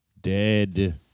Dead